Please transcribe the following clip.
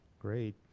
Great